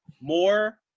more –